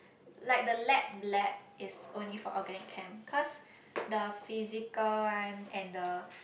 like the lab lab is only for organic chem cause the physical one and the